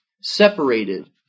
separated